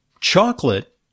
chocolate